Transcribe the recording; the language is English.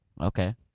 okay